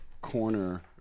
corner